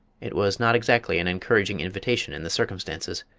it was not exactly an encouraging invitation in the circumstances,